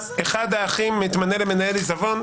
ואחד האחים מתמנה למנהל עיזבון,